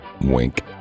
Wink